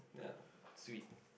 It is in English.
yeah sweet